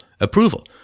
approval